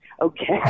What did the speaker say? Okay